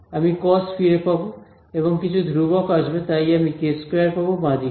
আমি কস ফিরে আসব এবং কিছু ধ্রুবক আসবে তাই আমি k2 পাব বাঁদিকে